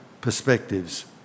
perspectives